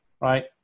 Right